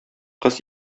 кыз